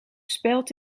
speld